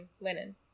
linen